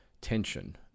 tension